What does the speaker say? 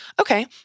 Okay